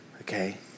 Okay